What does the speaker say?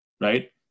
Right